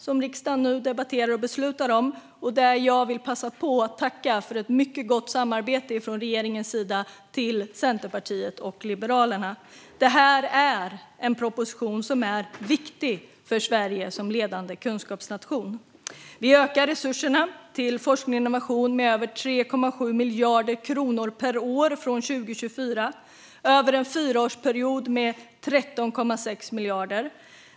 Jag vill passa på att från regeringens sida tacka Centerpartiet och Liberalerna för ett mycket gott samarbete. Det här är en proposition som är viktig för Sverige som ledande kunskapsnation. Vi ökar resurserna till forskning och innovation med över 3,7 miljarder kronor per år från 2024 och över en fyraårsperiod med 13,6 miljarder.